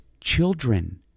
children